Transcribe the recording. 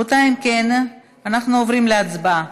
רבותיי, אם כן, אנחנו עוברים להצבעה,